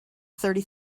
thirty